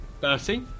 Bertie